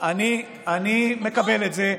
אני מקבל את זה,